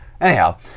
Anyhow